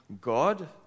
God